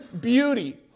beauty